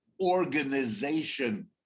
organization